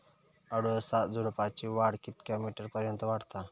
अडुळसा झुडूपाची वाढ कितक्या मीटर पर्यंत वाढता?